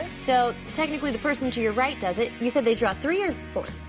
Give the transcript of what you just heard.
so technically the person to your right does it. you said they draw three or four?